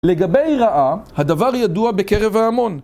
לגבי רעה, הדבר ידוע בקרב ההמון